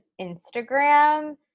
Instagram